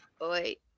Wait